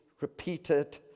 repeated